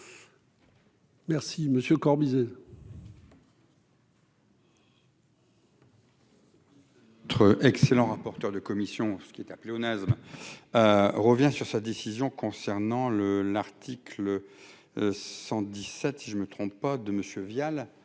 Merci monsieur Corbizet.